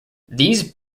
these